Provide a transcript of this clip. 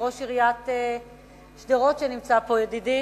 ראש עיריית שדרות שנמצא פה, ידידי,